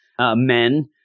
Men